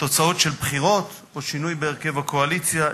תוצאות של בחירות או שינוי בהרכב הקואליציה,